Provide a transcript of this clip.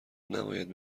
نباید